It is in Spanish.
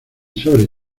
sobre